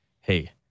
hey